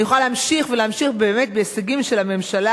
אני יכולה להמשיך ולהמשיך בהישגים של הממשלה